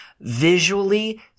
Visually